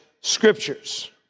Scriptures